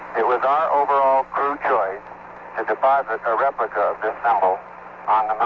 it was our overall crew choice to deposit a replica of this symbol on um ah